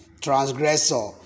transgressor